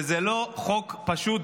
וזה לא חוק פשוט,